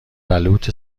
بلوط